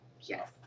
Yes